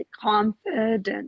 confident